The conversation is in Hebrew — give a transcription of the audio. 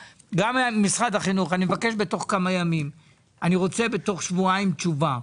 גם ממשרד החינוך, אני רוצה בתוך שבועיים תשובה.